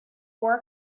war